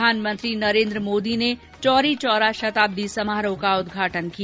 प्रषानमंत्री नरेन्द्र मोदी ने चोरी चोरा शताब्दी समारोह का उद्र्घाटन किया